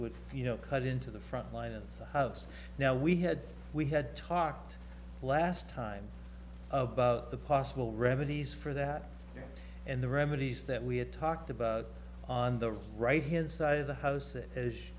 would you know cut into the front line of the house now we had we had talked last time about the possible remedies for that and the remedies that we had talked about on the right hand side of the house as